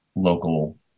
local